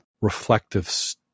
reflective